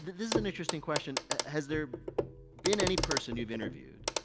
this is an interesting question. has there been any person you've interviewed,